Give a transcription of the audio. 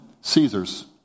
Caesar's